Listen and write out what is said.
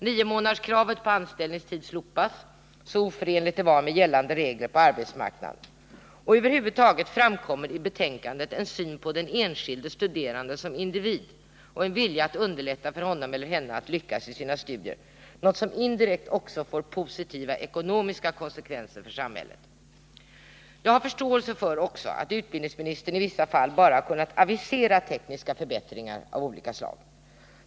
Niomånaderskravet på anställningstid slopas — så oförenligt som det var med gällande regler på arbetsmarknaden. Över huvud taget framkommer i betänkandet en syn på den enskilde studerande som individ och en vilja att underlätta för honom eller henne att lyckas i sina studier, något som indirekt också får positiva ekonomiska konsekvenser för samhället. Jag har förståelse för att utbildningsministern i vissa fall dock bara har kunnat avisera tekniska förbättringar av olika slag.